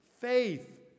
faith